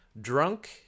drunk